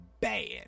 bad